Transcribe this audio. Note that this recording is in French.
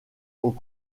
aux